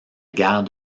guerre